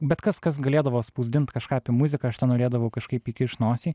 bet kas kas galėdavo spausdint kažką apie muziką aš ten norėdavau kažkaip įkišt nosį